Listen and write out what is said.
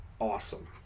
awesome